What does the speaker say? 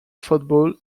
football